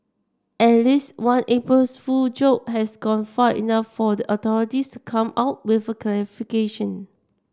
at least one April's Fool joke has gone far enough for the authorities to come out with a clarification